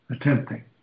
attempting